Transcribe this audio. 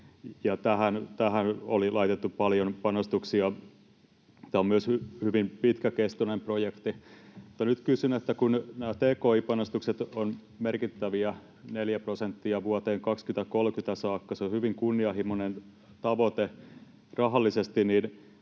tähän oli laitettu paljon panostuksia. Tämä on myös hyvin pitkäkestoinen projekti. Nyt kysyn: kun nämä tki-panostukset ovat merkittäviä, neljä prosenttia vuoteen 2030 saakka, se on hyvin kunnianhimoinen tavoite rahallisesti,